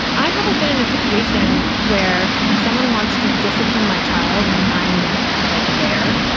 i haven't been in a situation where someone wants to discipline my child and i'm like their.